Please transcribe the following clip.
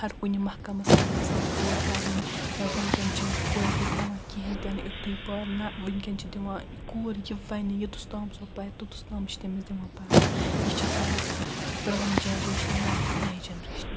ہر کُنہِ محکمس منٛز گژھان کوٗر پرنہِ یا ؤنکیٚن چھِنہٕ کورِ کہیٖنی تِنہٕ یِتُے پر نہ ؤنکیٚن چھِ دِوان کوٗر یہِ ونہِ یۄتس تام سۄ پرِ توتس تام چھِ تٔمِس دِوان پرنہٕ یہِ چھِ فرق پرانہِ جنریشنہِ منٛز تہٕ نیہِ جنریشنہِ منٛز